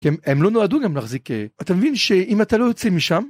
הם לא נועדו גם להחזיק אה... אתה מבין שאם אתה לא יוצא משם.